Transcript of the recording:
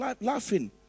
laughing